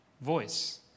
voice